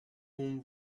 whom